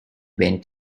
went